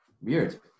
Weird